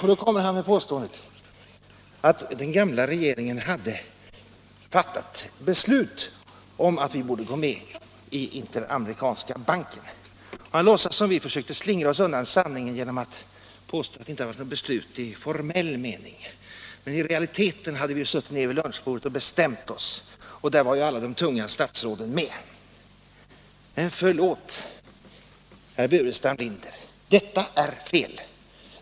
Han kom med påståendet att den gamla regeringen hade fattat beslut om att Sverige borde gå med i Interamerikanska banken. Han låtsas som om vi försöker slingra oss undan sanningen genom att påstå att det inte hade fattats något beslut i formell mening, men i realiteten hade vi suttit vid lunchbordet och bestämt oss, och där var ju alla de tunga statsråden med. Förlåt, herr Burenstam Linder, men detta är fel.